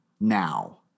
now